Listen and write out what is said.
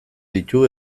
ditu